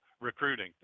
Recruiting